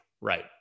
Right